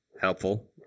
helpful